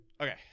Okay